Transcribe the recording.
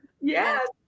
Yes